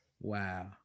Wow